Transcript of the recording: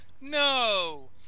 No